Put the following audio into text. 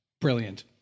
Brilliant